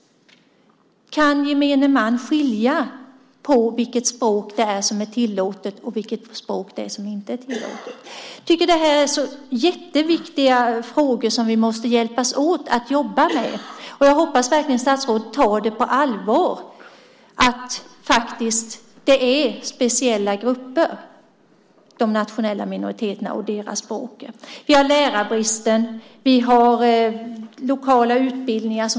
Kan gemene man skilja på vilket språk som är tillåtet och vilket som inte är det? Jag tycker att det här är väldigt viktiga frågor som vi måste hjälpas åt att jobba med. Jag hoppas verkligen att statsrådet tar på allvar att de nationella minoriteterna och deras språk faktiskt är speciella grupper. Vi har lärarbrist.